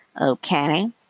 Okay